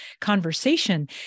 conversation